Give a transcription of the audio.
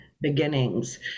beginnings